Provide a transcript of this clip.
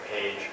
page